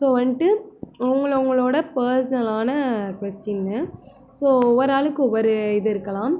so வந்துட்டு அவுங்கள அவங்களோட பர்சனலான கொஸ்ட்டின்னு ஸோ ஒவ்வொரு ஆளுக்கு ஒவ்வொரு இது இருக்கலாம்